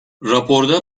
raporda